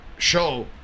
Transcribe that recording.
show